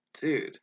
Dude